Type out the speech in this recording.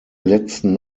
letzten